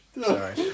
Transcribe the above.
Sorry